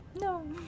No